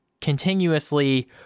continuously